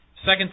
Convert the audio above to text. Second